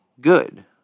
good